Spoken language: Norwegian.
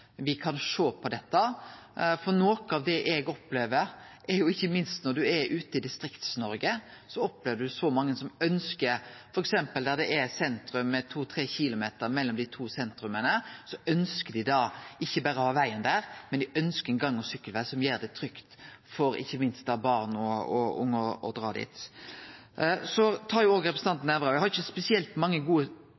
kan sjå på det. Noko av det eg opplever, ikkje minst når eg er ute i Distrikts-Noreg, f.eks. der det er to sentrum med to–tre kilometer imellom, er at mange ønskjer ikkje berre å ha veg der, men dei ønskjer òg ein gang- og sykkelveg som gjer det trygt ikkje minst for barn og unge å dra til sentrum. Til det som representanten